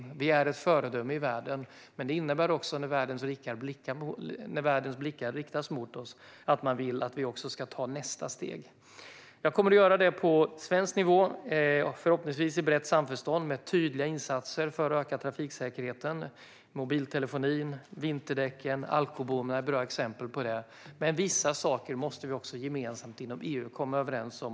Sverige är ett föredöme i världen, men det innebär också att när världens blickar riktas mot oss ska vi ta nästa steg. Jag kommer att ta nästa steg på svensk nivå, förhoppningsvis i brett samförstånd med tydliga insatser för att öka trafiksäkerheten, och även i frågor om mobiltelefonin, vinterdäcken och alkobommar. Men vissa saker måste vi också gemensamt inom EU komma överens om.